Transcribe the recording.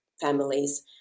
families